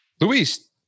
Luis